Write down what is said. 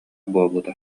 буолбута